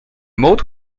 moat